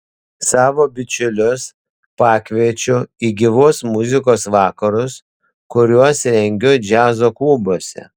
savo bičiulius pakviečiu į gyvos muzikos vakarus kuriuos rengiu džiazo klubuose